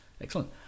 Excellent